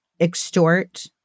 extort